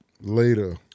Later